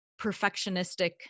perfectionistic